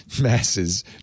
masses